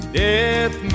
death